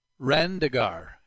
Rendegar